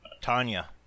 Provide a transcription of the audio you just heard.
Tanya